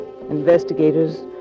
investigators